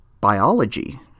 biology